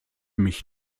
mich